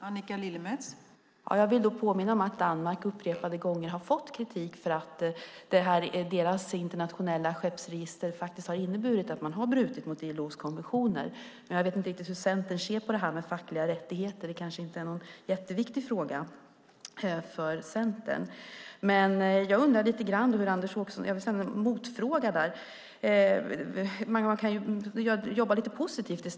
Fru talman! Jag vill påminna om att Danmark upprepade gånger har fått kritik för att deras internationella skeppsregister har inneburit att man har brutit mot ILO:s konventioner. Jag vet inte riktigt hur Centern ser på fackliga rättigheter. Det kanske inte är någon jätteviktig fråga för Centern. Jag vill ställa en motfråga. Man kan jobba lite positivt.